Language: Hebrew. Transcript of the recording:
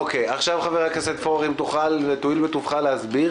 עכשיו אם תואיל בטובך חבר הכנסת פורר להסביר